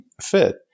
fit